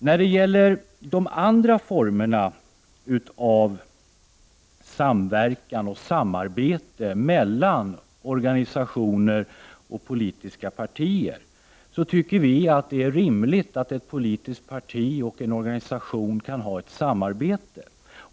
När det gäller de andra formerna för samverkan och samarbete mellan politiska partier och andra organisationer tycker vi att det är rimligt att ett politiskt parti och en organisation kan ha ett samarbete.